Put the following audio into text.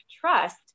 trust